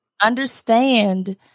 understand